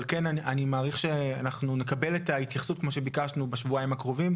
אני מעריך שבשבועיים הקרובים נקבל התייחסות כפי שביקשנו,